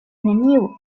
neniu